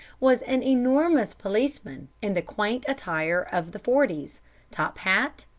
was an enormous policeman in the quaint attire of the forties top hat,